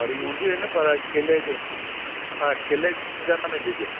पर इहे हूंदी हुई न पर किले जे हा किले जे वज़न में ॾिजो